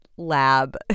lab